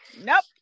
Nope